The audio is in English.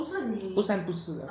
不三不四的